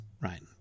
right